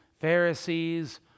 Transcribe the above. Pharisees